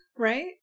Right